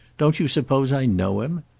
don't you suppose i know him?